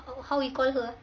ho~ how we call her ah